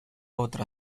otra